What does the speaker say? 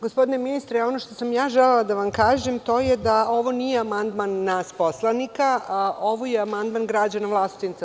Gospodine ministre, ono što sam želela da vam kažem, to je da ovo nije amandman nas poslanika, ovo je amandman građana Vlasotinca.